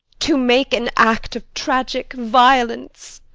to make an act of tragic violence